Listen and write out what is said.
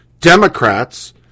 Democrats